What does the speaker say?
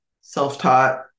self-taught